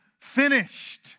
finished